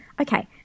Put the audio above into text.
Okay